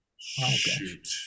Shoot